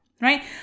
right